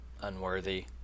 unworthy